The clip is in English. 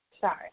Sorry